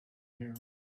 here